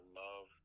love